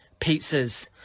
pizzas